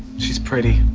she's pretty.